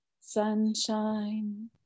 sunshine